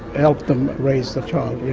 help them raise the child, yes.